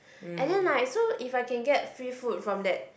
and then like so if I can get free food from that